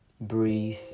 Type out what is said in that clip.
breathe